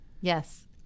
Yes